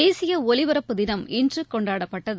தேசியஜலிபரப்பு தினம் இன்றுகொண்டாடப்பட்டது